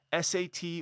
SAT